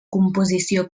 composició